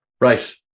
Right